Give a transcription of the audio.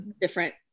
different